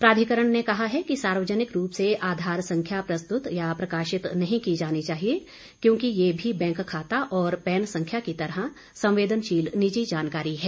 प्राधिकरण ने कहा है कि सार्वजनिक रूप से आधार संख्या प्रस्तुत या प्रकाशित नहीं की जानी चाहिए क्योंकि यह भी बैंक खाता और पैन संख्या की तरह संवदेनशील निजी जानकारी है